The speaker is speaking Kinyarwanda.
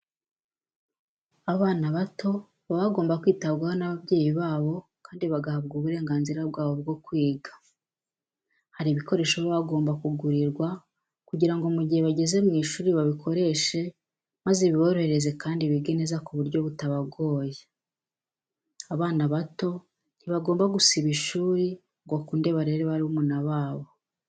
Abana bato baba bagomba kwitabwaho n'ababyeyi babo kandi bagahabwa uburenganzira bwabo bwo kwiga. Hari ibikoresho baba bagomba kugurirwa kugira ngo mu gihe bageze mu ishuri babikoreshe maze biborohereze kandi bige neza ku buryo butabagoye. Abana bato ntibagomba gusiba ku ishuri ngo bakunde barere barumuna babo.